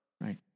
Right